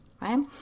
right